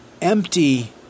Empty